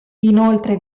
inoltre